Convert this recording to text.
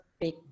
big